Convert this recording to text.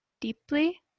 deeply